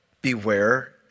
beware